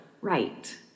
right